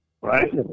right